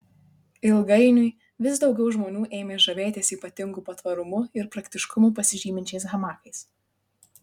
ilgainiui vis daugiau žmonių ėmė žavėtis ypatingu patvarumu ir praktiškumu pasižyminčiais hamakais